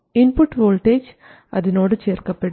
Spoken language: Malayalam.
ഇൻപുട്ട് വോൾട്ടേജ് അതിനോട് ചേർക്കപ്പെടും